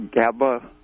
GABA